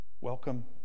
Welcome